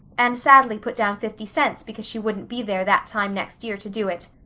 and sadly put down fifty cents because she wouldn't be there that time next year to do it.